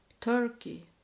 turkey